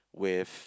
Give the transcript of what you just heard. with